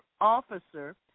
Officer